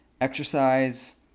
exercise